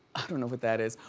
i don't know what that is,